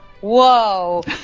whoa